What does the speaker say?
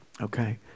Okay